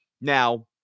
Now